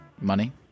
money